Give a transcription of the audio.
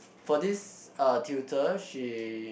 for this uh tutor she